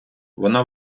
вона